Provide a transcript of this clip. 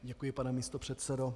Děkuji, pane místopředsedo.